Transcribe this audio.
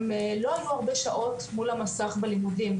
הם לא היו הרבה שעות מול המסך בלימודים,